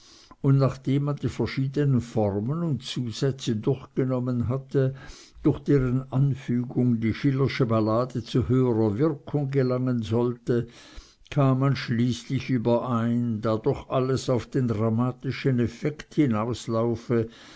und nachdem man die verschiedenen formen und zusätze durchgenommen hatte durch deren anfügung die schillersche ballade zu höherer wirkung gelangen sollte kam man schließlich überein da doch alles auf den dramatischen effekt hinauslaufe